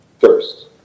First